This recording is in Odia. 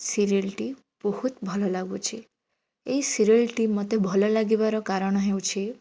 ସିରିଏଲ୍ ଟି ବହୁତ ଭଲ ଲାଗୁଛି ଏଇ ସିରିଏଲ୍ ଟି ମୋତେ ଭଲ ଲାଗିବାର କାରଣ ହେଉଛି